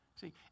See